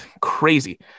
crazy